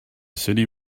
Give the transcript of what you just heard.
city